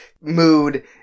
mood